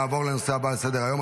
נעבור לנושא הבא על סדר-היום,